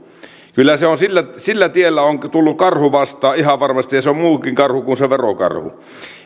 sillä tiellä on tullut karhu vastaan ihan varmasti ja se on muukin karhu kuin se verokarhu